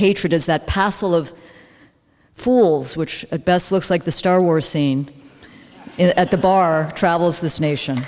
hatred is that possible of fools which at best looks like the star wars scene at the bar travels this nation